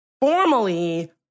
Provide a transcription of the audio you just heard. formally